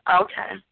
Okay